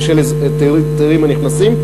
ושל התיירים הנכנסים,